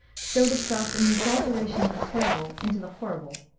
showed itself in the exaggeration of the terrible into the horrible.